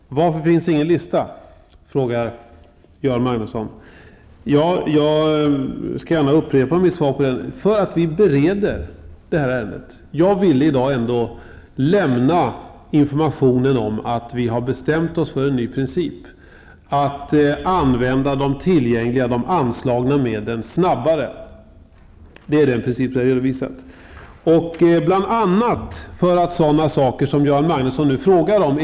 Herr talman! Varför finns det ingen lista? frågar Göran Magnusson. Jag skall gärna upprepa mitt svar på den punkten: Därför att vi bereder detta ärende. Jag ville i dag ändå lämna information om att vi har bestämt oss för en ny princip, nämligen att använda de anslagna medlen snabbare. Det är den princip som jag har redovisat. Det gäller bl.a. för sådana saker som Göran Magnusson nu frågar om.